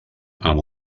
amb